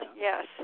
Yes